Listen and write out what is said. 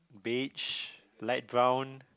beige light brown